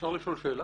אפשר לשאול שאלה?